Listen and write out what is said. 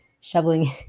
shoveling